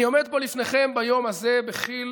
אני עומד פה לפניכם ביום הזה בחיל